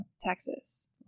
Texas